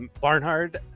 barnard